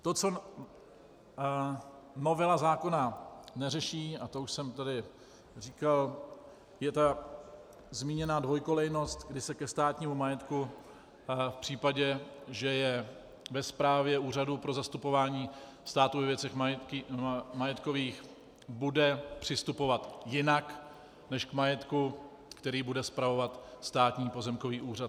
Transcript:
To, co novela zákona neřeší, a to už jsem tady říkal, je ta zmíněná dvojkolejnost, kdy se ke státnímu majetku v případě, že je ve správě Úřadu pro zastupování státu ve věcech majetkových, bude přistupovat jinak než k majetku, který bude spravovat Státní pozemkový úřad.